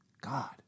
God